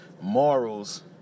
morals